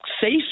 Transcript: safe